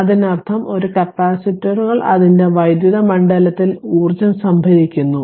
അതിനാൽ അതിനർത്ഥം ഒരു കപ്പാസിറ്ററുകൾ അതിന്റെ വൈദ്യുത മണ്ഡലത്തിൽ ഊർജ്ജം സംഭരിക്കുന്നു